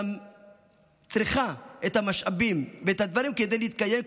היחידה צריכה את המשאבים ואת הדברים כדי להתקיים,